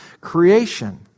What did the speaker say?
creation